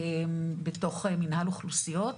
בתוך מינהל אוכלוסיות.